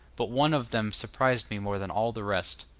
but one of them surprised me more than all the rest.